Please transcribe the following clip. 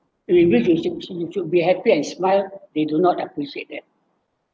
it which is it is is it should be happy and smile they do not appreciate that